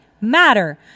matter